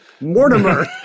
Mortimer